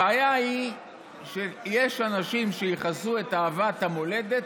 הבעיה היא שיש אנשים שייחסו את אהבת המולדת,